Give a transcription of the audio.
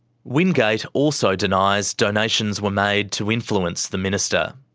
wingate also denies donations were made to influence the minister.